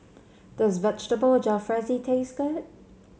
does Vegetable Jalfrezi taste good